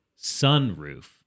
sunroof